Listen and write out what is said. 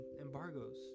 embargoes